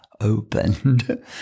opened